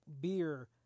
beer